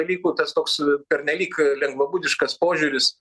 dalykų tas toks pernelyg lengvabūdiškas požiūris